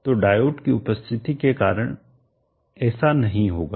तो डायोड की उपस्थिति के कारण ऐसा नहीं होगा